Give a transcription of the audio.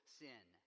sin